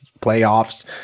playoffs